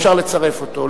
אפשר לצרף אותו,